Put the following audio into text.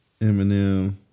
Eminem